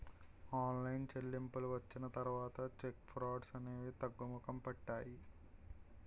online చెల్లింపులు వచ్చిన తర్వాత చెక్ ఫ్రాడ్స్ అనేవి తగ్గుముఖం పట్టాయి